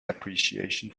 appreciation